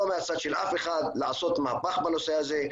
לא מהצד של אף אחד לעשות מהפך בנושא הזה.